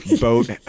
boat